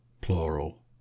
plural